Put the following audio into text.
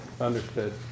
Understood